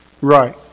Right